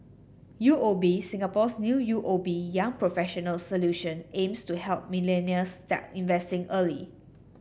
U O B Singapore's new U O B Young Professionals Solution aims to help millennials start investing early